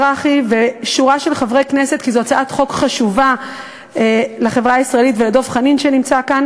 אבקסיס, שהצעת החוק הזאת הגיעה לוועדה שלה.